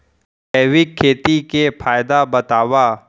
जैविक खेती के फायदा बतावा?